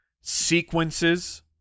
sequences